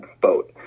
boat